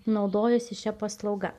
naudojuosi šia paslauga